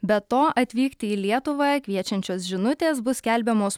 be to atvykti į lietuvą kviečiančios žinutės bus skelbiamos